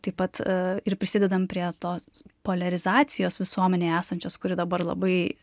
taip pat ir prisidedam prie tos poliarizacijos visuomenėje esančios kuri dabar labai